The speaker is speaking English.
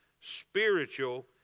spiritual